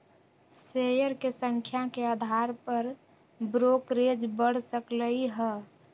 share के संख्या के अधार पर ब्रोकरेज बड़ सकलई ह